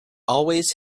always